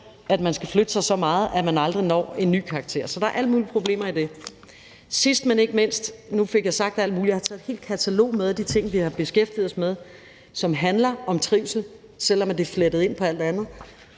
at man skal flytte sig så meget, at man aldrig når en ny karakter. Så der er alle mulige problemer i det. Nu fik jeg sagt alt muligt. Jeg har taget et helt katalog med af de ting, vi har beskæftiget os med, som handler om trivsel, selv om det er flettet ind i alt det